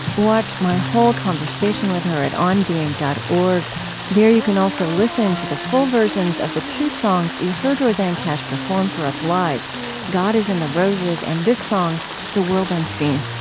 watch my whole conversation with her at onbeing dot org there you can also listen to the full versions of the two songs you heard rosanne cash perform for us, live god is in the roses and this song the world unseen.